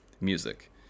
music